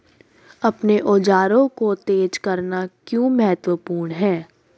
अपने औजारों को तेज करना क्यों महत्वपूर्ण है?